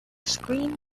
screen